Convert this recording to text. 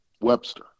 Webster